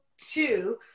two